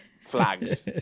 flags